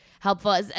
Helpful